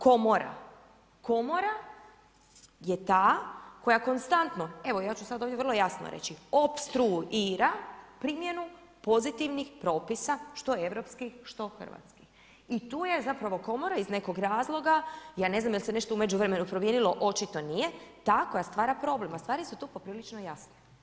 Komora je ta koja konstantno, evo ja ću vrlo jasno reći opstruira primjenu pozitivnih propisa što europskih, što hrvatskih i tu je zapravo komora iz nekog razloga, ja ne znam jel' se nešto u međuvremenu promijenilo, očito nije ta koja stvar problem a stvari su tu poprilično jasne.